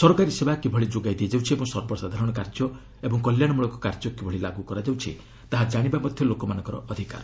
ସରକାରୀ ସେବା କିଭଳି ଯୋଗାଇ ଦିଆଯାଉଛି ଓ ସର୍ବସାଧାରଣ କାର୍ଯ୍ୟ ଏବଂ କଲ୍ୟାଣମୂଳକ କାର୍ଯ୍ୟ କିଭଳି ଲାଗୁ କରାଯାଉଛି ତାହା ଜାଣିବା ମଧ୍ୟ ଲୋକମାନଙ୍କର ଅଧିକାର